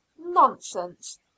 Nonsense